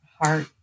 heart